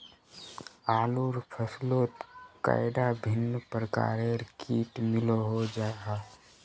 आलूर फसलोत कैडा भिन्न प्रकारेर किट मिलोहो जाहा?